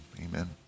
amen